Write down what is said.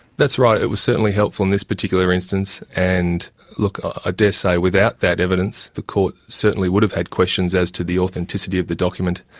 that's right, it was certainly helpful in this particular instance. and i ah daresay without that evidence the court certainly would have had questions as to the authenticity of the document.